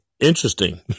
Interesting